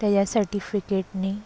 त्याच्या सर्टिफिकेटने